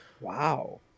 wow